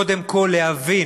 קודם כול להבין